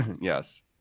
yes